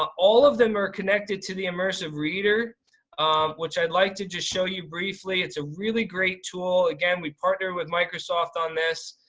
all of them are connected to the immersive reader which i'd like to just show you briefly. it's a really great tool. again we partnered with microsoft on this.